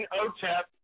otep